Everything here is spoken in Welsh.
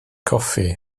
coffi